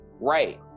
right